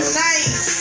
nice